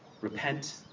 Repent